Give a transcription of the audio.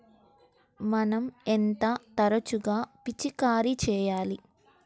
మనం ఎంత తరచుగా పిచికారీ చేయాలి?